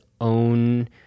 own